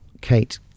Kate